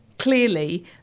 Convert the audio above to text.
Clearly